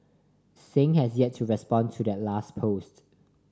Singh has yet to respond to that last post